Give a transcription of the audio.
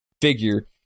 figure